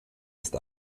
ist